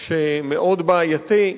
מאוד בעייתי,